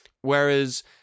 whereas